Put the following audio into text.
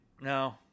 No